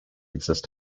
exist